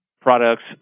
products